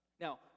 Now